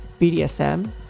BDSM